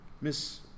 Miss